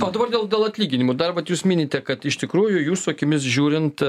o dabar dėl dėl atlyginimų dar vat jūs minite kad iš tikrųjų jūsų akimis žiūrint